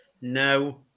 No